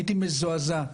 הייתי מזועזע.